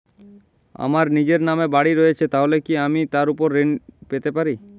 আমার নিজের নামে বাড়ী রয়েছে তাহলে কি আমি তার ওপর ঋণ পেতে পারি?